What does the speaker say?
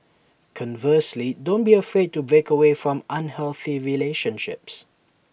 conversely don't be afraid to break away from unhealthy relationships